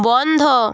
বন্ধ